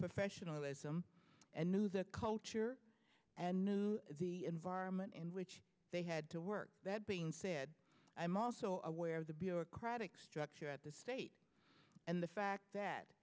professionalism and knew the culture and knew the environment in which they had to work that being said i am also aware of the bureaucratic structure at the state and the fact that